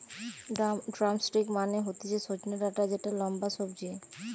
drumstick মানে হতিছে সজনে ডাটা যেটা লম্বা সবজি